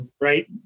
right